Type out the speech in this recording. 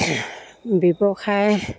ব্যৱসায়